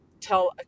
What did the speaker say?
tell